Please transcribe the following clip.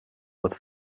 with